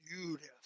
beautiful